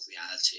reality